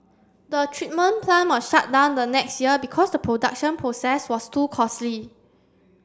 the treatment plant was shut down the next year because the production process was too costly